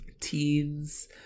teens